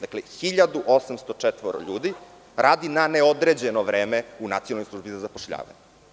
Dakle, 1.804 ljudi radi na neodređeno vreme u Nacionalnoj službi za zapošljavanje.